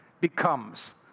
becomes